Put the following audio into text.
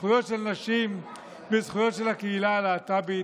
זכויות של נשים וזכויות של הקהילה הלהט"בית,